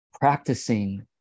practicing